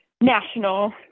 national